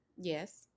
Yes